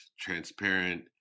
transparent